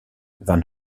van